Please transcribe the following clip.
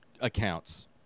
accounts